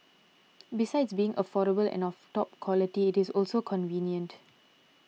besides being affordable and of top quality it is also convenient